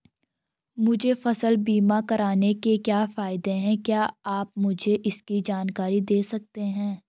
मुझे फसल बीमा करवाने के क्या फायदे हैं क्या आप मुझे इसकी जानकारी दें सकते हैं?